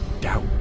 Doubt